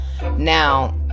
Now